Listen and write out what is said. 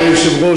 אדוני היושב-ראש,